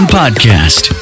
podcast